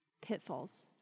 pitfalls